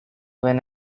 when